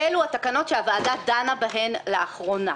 שהן התקנות שהוועדה דנה בהן לאחרונה,